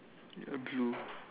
blue